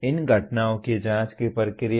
इन घटनाओं की जांच की प्रक्रिया